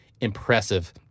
impressive